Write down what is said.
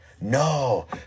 No